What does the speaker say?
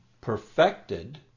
perfected